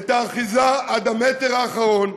את האחיזה עד המטר האחרון,